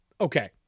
Okay